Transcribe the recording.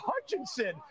Hutchinson